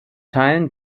teilen